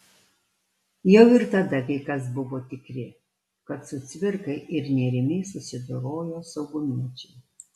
jau ir tada kai kas buvo tikri kad su cvirka ir nėrimi susidorojo saugumiečiai